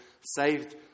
saved